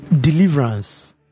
Deliverance